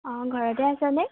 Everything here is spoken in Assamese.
অ ঘৰতে আছনে